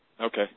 Okay